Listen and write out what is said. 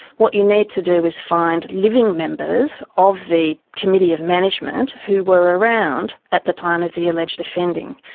what you need to do is find living members of the committee of management who were around at the time of the alleged offending.